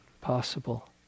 possible